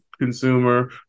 consumer